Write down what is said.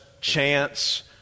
chance